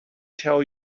tell